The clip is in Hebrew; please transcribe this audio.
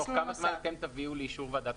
כלומר תוך כמה זמן אתם תביאו לאישור ועדת